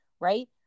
right